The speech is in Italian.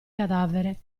cadavere